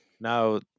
now